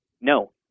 No